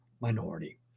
minority